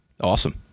Awesome